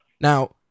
Now